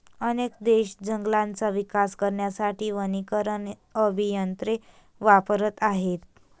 अनेक देश जंगलांचा विकास करण्यासाठी वनीकरण अभियंते वापरत आहेत